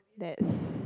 that's